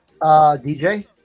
dj